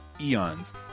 eons